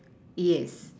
yes